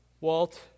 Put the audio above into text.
Walt